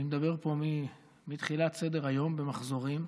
אני מדבר פה מתחילת סדר-היום, במחזורים.